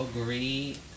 agree